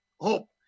hope